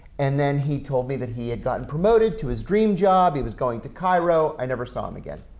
and then he told me that he had gotten promoted to his dream job, he was going to cairo. i never saw him again.